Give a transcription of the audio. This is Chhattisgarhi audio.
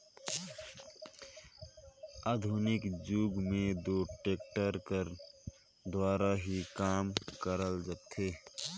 आधुनिक जुग मे दो टेक्टर कर दुवारा ही काम करल जाथे